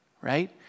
right